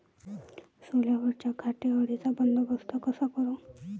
सोल्यावरच्या घाटे अळीचा बंदोबस्त कसा करू?